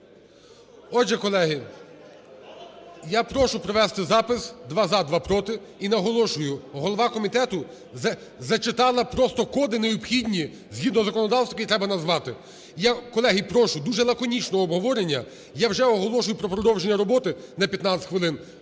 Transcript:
Отже, колеги, я прошу провести запис: два – за, два – проти. І наголошую, голова комітету зачитала просто коди, необхідні згідно законодавства, які треба назвати. Я, колеги, прошу, дуже лаконічно обговорення. Я вже оголошую про продовження роботи на 15 хвилин,